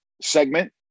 segment